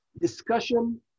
discussion